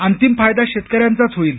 अंतिम फायदा शेतकऱ्यांच्याच होईल